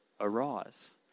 arise